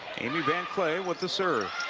amy van clay with the sort of